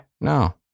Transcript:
No